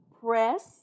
press